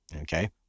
okay